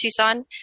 tucson